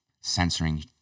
Censoring